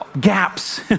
gaps